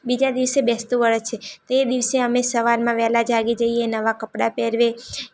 બીજા દિવસે બેસતું વરસ છે તે દિવસે અમે સવારમાં વહેલાં જાગી જઈએ નવાં કપડાં પહેરીએ